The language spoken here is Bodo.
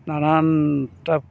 नानानथा